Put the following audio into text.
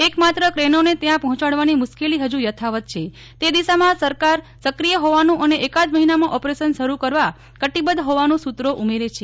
એક માત્ર ક્રેનોને ત્યાં પહ્રોંચાડવાની મુશ્કેલી ફજુ યથાવત છે તે દિશામાં સરકાર સક્રિય હોવાનું અને એકાદ મહિનામાં ઓપરેશન શરૂ કરવા કટિબદ્ધ હોવાનું સૂત્રો ઉમેરે છે